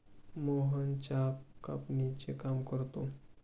मोहन चहा कापणीचे काम करतो